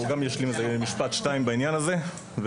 גם ישלים איזה משפט שתיים בעניין הזה.